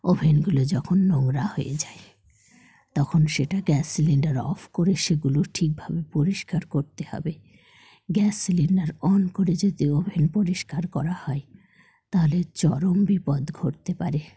ওভেনগুলো যখন নোংরা হয়ে যায় তখন সেটা গ্যাস সিলিন্ডার অফ করে সেগুলো ঠিকভাবে পরিষ্কার করতে হবে গ্যাস সিলিন্ডার অন করে যদি ওভেন পরিষ্কার করা হয় তাহলে চরম বিপদ ঘটতে পারে